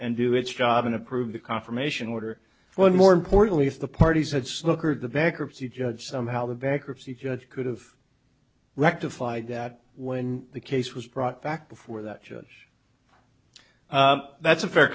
and do its job and approved the confirmation order when more importantly if the parties had slaughtered the bankruptcy judge somehow the bankruptcy judge could've rectified that when the case was brought back before that judge that's a fair